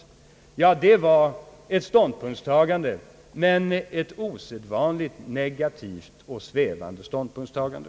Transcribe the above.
Detta var visserligen ett ståndpunktstagande, men ett osedvanligt negativt och svävande ståndpunktstagande.